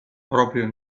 proprio